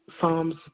Psalms